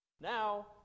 Now